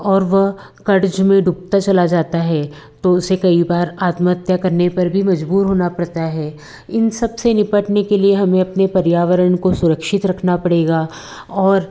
और वह क़र्ज़ में डूबता चला जाता है तो उसे कई बार आत्महत्या करने पर भी मजबूर होना पड़ता है इन सबसे निपटने के लिए हमें अपने पर्यावरण को सुरक्षित रखना पड़ेगा और